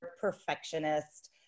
perfectionist